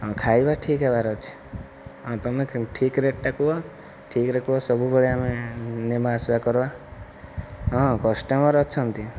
ଆଉ ଖାଇବା ଠିକ୍ ହେବାର ଅଛି ଆଉ ତୁମେ ଠିକ୍ ରେଟ୍ଟା କୁହ ଠିକ୍ରେ କୁହ ସବୁବେଳେ ଆମେ ନେବା ଆସିବା କରିବା ହଁ କଷ୍ଟମର ଅଛନ୍ତି